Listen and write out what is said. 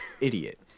Idiot